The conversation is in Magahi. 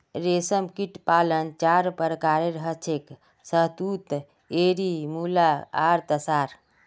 रेशमकीट पालन चार प्रकारेर हछेक शहतूत एरी मुगा आर तासार